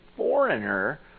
foreigner